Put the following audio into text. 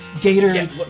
Gator